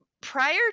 prior